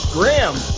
Graham